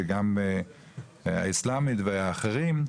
וגם האיסלאמית ואחרים,